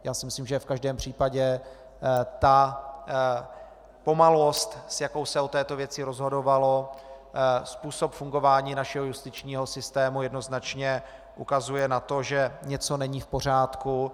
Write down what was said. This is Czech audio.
Já si myslím, že v každém případě ta pomalost, s jakou se o této věci rozhodovalo, způsob fungování našeho justičního systému jednoznačně ukazuje na to, že něco není v pořádku.